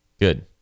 good